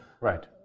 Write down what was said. Right